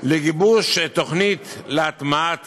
לגיבוש תוכנית להטמעת